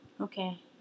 Okay